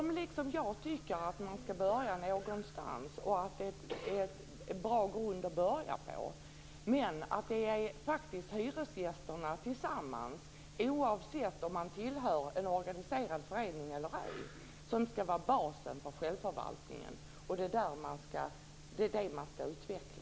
Han, liksom jag, tycker att man skall börja någonstans och att detta är en bra grund att utgå ifrån. Men det är hyresgästerna tillsammans, oavsett om de tillhör en organiserad förening eller ej, som skall utgöra basen för självförvaltningen, och det är den som man skall utveckla.